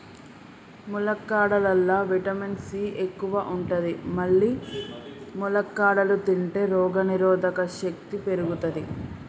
ములక్కాడలల్లా vitamin C ఎక్కువ ఉంటది మల్లి ములక్కాడలు తింటే రోగనిరోధక శక్తి పెరుగుతది